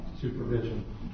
supervision